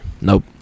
Nope